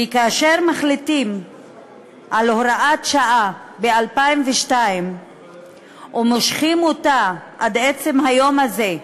כי כאשר מחליטים על הוראת שעה ב-2002 ומושכים אותה עד עצם היום הזה,